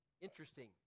Interesting